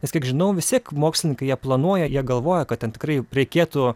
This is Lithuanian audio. nes kiek žinau visi mokslininkai jie planuoja jie galvoja kad ten tikrai reikėtų